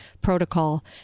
protocol